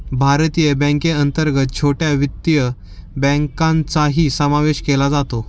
भारतीय बँकेअंतर्गत छोट्या वित्तीय बँकांचाही समावेश केला जातो